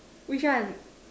which one